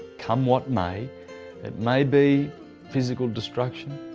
come what may it may be physical destruction,